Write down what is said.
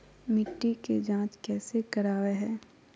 मिट्टी के जांच कैसे करावय है?